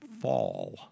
fall